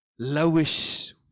lowish